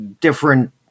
different